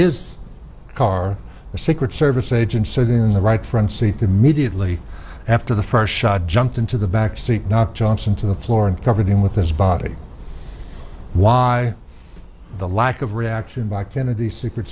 his car the secret service agent said in the right front seat immediately after the first shot jumped into the back seat not johnson to the floor and covered him with his body why the lack of reaction by kennedy's secret